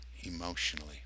emotionally